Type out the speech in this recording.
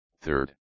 Third